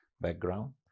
background